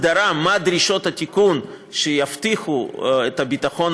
הגדרה של דרישות התיקון שיבטיחו את הביטחון